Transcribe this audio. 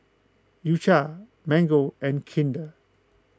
U Cha Mango and Kinder